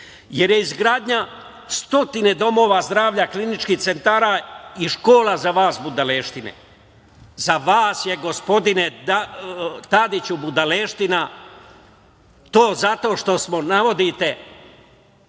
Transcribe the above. li je izgradnja stotine domova zdravlja, kliničkih centara i škola za vas budaleštine? Za vas je, gospodine Tadiću, budalaština to zato što smo, navodite,